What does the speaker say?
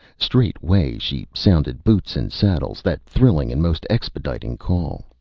straightway she sounded boots and saddles, that thrilling and most expediting call.